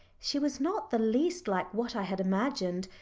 she was not the least like what i had imagined,